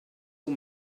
who